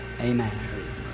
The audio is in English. Amen